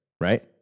Right